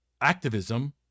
activism